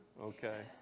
okay